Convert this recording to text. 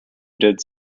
did